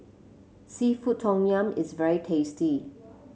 seafood Tom Yum is very tasty